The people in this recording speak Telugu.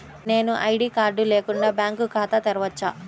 నేను ఐ.డీ కార్డు లేకుండా బ్యాంక్ ఖాతా తెరవచ్చా?